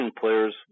players